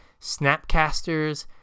snapcasters